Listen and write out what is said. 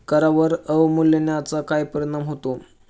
करांवर अवमूल्यनाचा काय परिणाम होतो?